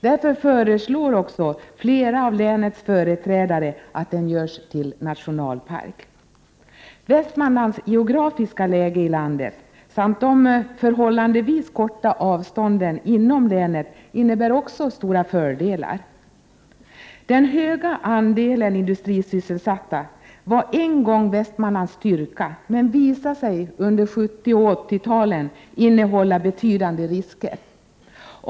Därför föreslår flera av länets företrädare att den görs till nationalpark. Västmanlands geografiska läge i landet samt de förhållandevis korta avstånden inom länet innebär också stora fördelar. Den höga andelen industrisysselsatta var en gång Västmanlands styrka men visade sig under 70 och 80-talen innehålla betydande risker.